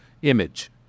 image